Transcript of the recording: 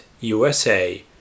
USA